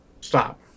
Stop